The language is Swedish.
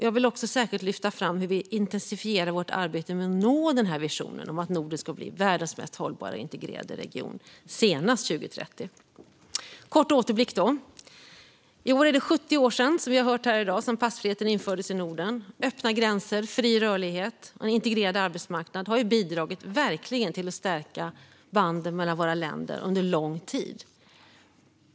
Jag vill särskilt lyfta fram hur vi intensifierar vårt arbete med att nå visionen om att Norden ska bli världens mest hållbara integrerade region senast 2030. En kort återblick: I år är det, som vi har hört här i dag, 70 år sedan passfriheten infördes i Norden. Öppna gränser, fri rörlighet och en integrerad arbetsmarknad har verkligen bidragit till att stärka banden mellan våra länder under lång tid.